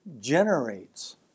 generates